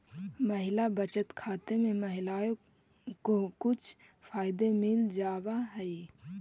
महिला बचत खाते में महिलाओं को कुछ फायदे मिल जावा हई